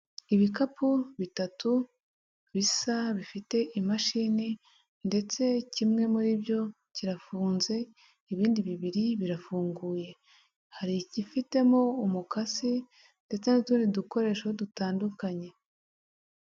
Ibikapu bitatu bisa bifite imashini ndetse kimwe muri byo kirafunze ibindi bibiri birafunguye, hari igifitemo umukasi ndetse n'utundi dukoresho dutandukanye.